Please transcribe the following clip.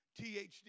THD